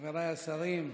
חבריי השרים,